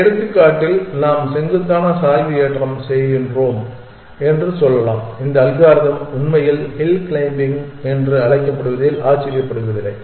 இந்த எடுத்துக்காட்டில் நாம் செங்குத்தான சாய்வு ஏற்றம் செய்கிறோம் என்று சொல்லலாம் இந்த அல்காரிதம் உண்மையில் ஹில் க்ளைம்பிங் என்று அழைக்கப்படுவதில் ஆச்சரியமில்லை